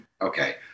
Okay